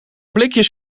blikjes